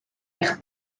eich